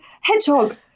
Hedgehog